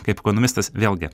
kaip ekonomistas vėlgi